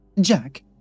Jack